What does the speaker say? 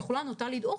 התחלואה נוטה לדעוך,